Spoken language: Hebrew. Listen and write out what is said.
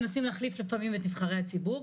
מנסים להחליף לפעמים את נבחרי הציבור,